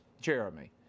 Jeremy